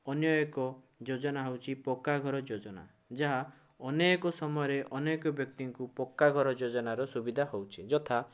ଅନ୍ୟ ଏକ ଯୋଜନା ହେଉଛି ପକ୍କାଘର ଯୋଜନା ଯାହା ଅନେକ ସମୟରେ ଅନେକ ବ୍ୟକ୍ତିଙ୍କୁ ପକ୍କାଘର ଯୋଜନାର ସୁବିଧା ହେଉଛି ଯଥା